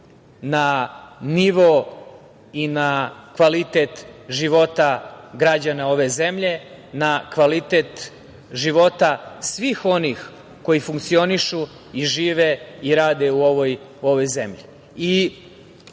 na nivo i na kvalitet života građana ove zemlje, na kvalitet života svih onih koji funkcionišu i žive i rade u ovoj zemlji. Treba